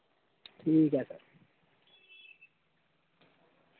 ठीक ऐ सर